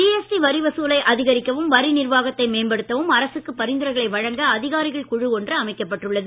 GST வரி வசூலை அதிகரிக்கவும் வரி நிர்வாகத்தை மேம்படுத்தவும் அரசுக்கு பரிந்துரைகளை வழங்க அதிகாரிகள் குழு ஒன்று அமைக்கப்பட்டுள்ளது